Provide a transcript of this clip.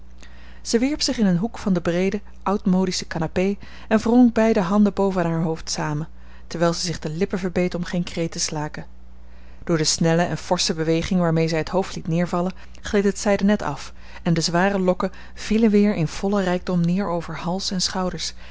zij wierp zich in een hoek van de breede oud modische canapé en wrong beide handen boven haar hoofd samen terwijl zij zich de lippen verbeet om geen kreet te slaken door de snelle en forsche beweging waarmee zij het hoofd liet neervallen gleed het zijden net af en de zware lokken vielen weer in vollen rijkdom neer over hals en schouders